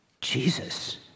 Jesus